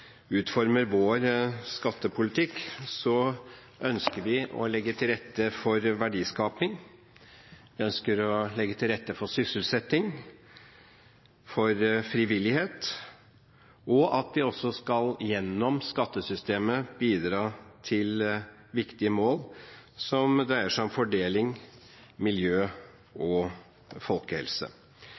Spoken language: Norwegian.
utformer vår skattepolitikk, ønsker vi å legge til rette for verdiskaping. Vi ønsker å legge til rette for sysselsetting, for frivillighet, og for at vi også gjennom skattesystemet skal bidra til viktige mål som dreier seg om fordeling, miljø og folkehelse.